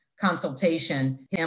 consultation